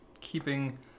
keeping